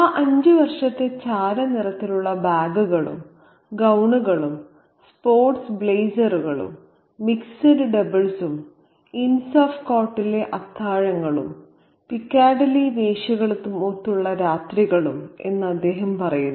ആ അഞ്ച് വർഷത്തെ ചാരനിറത്തിലുള്ള ബാഗുകളും ഗൌണുകളും സ്പോർട്സ് ബ്ലേസറുകളും മിക്സഡ് ഡബിൾസും ഇൻസ് ഓഫ് കോർട്ടിലെ അത്താഴങ്ങളും പിക്കാഡിലി വേശ്യകളുമൊത്തുള്ള രാത്രികളും എന്ന് അദ്ദേഹം പറയുന്നു